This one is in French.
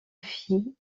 fit